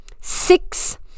six